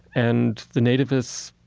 and the nativists,